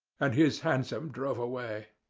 and his hansom drove away.